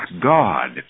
God